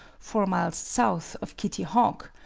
four miles south of kitty hawk,